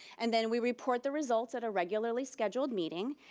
and then we report the results at a regularly scheduled meeting,